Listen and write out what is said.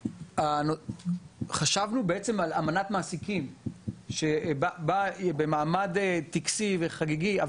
חשבנו על אמנת מעסיקים שבאה במעמד טקסי וחגיגי,